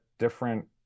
different